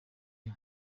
iyo